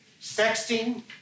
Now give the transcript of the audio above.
Sexting